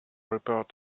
rebuild